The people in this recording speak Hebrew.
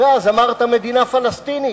ואז אמרת "מדינה פלסטינית".